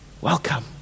Welcome